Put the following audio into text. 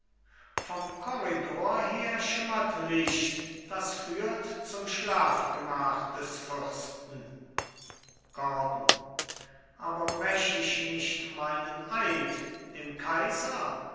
vom korridor her schimmert licht das führt zum schlafgemach des fürsten gordon aber brech ich nicht meinen eid dem kaiser